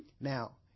now